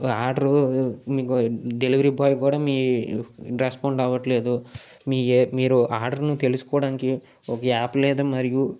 order మీకు delivery boy కూడా మీ రెస్పాండ్ అవట్లేదు మీ మీరు ఆర్డర్ తెలుసుకోడానికి ఒక యాప్ లేదు మరియు